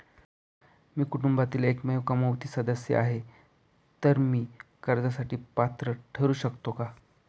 मी कुटुंबातील एकमेव कमावती सदस्य आहे, तर मी कर्जासाठी पात्र ठरु शकतो का?